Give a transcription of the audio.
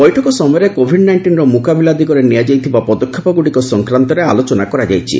ବୈଠକ ସମୟରେ କୋଭିଡ୍ ନାଇଷ୍ଟିନ୍ର ମ୍ରକାବିଲା ଦିଗରେ ନିଆଯାଇଥିବା ପଦକ୍ଷେପ ଗ୍ରଡ଼ିକ ସଂକ୍ରାନ୍ତରେ ଆଲୋଚନା କରାଯାଇଛି